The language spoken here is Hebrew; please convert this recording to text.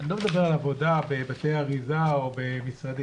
ואני לא מדבר על עבודה בבתי אריזה או במשרדים,